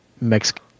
Mexican